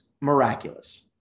miraculous